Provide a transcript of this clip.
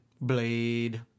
Blade